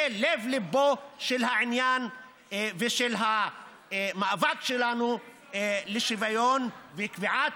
זה לב-ליבו של העניין ושל המאבק שלנו לשוויון ולקביעת